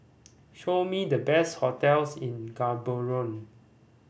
show me the best hotels in Gaborone